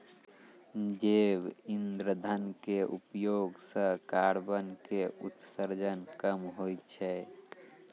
जैव इंधन के उपयोग सॅ कार्बन के उत्सर्जन कम होय छै